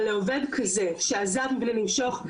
אבל לעובד כזה שעזב בלי למשוך,